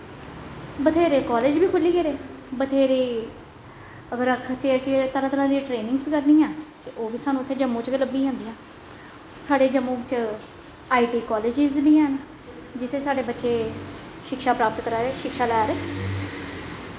बत्थेरे कालेज बी खुल्ली गेदे बत्थेरे अगर आखचै के तरह् तरह् दी ट्रेनिंग्स करनी ऐ ते ओह् बी सानूं इत्थें जम्मू च गै लब्भी जंदियां साढ़े जम्मू बिच्च आई टी कालेज़िसस बी हैन जित्थें साढ़े बच्चे शिक्षा प्राप्त करा दे शिक्षा लै दे